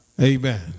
Amen